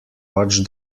watch